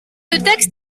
textes